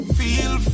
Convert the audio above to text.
feel